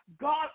God